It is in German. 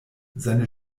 seine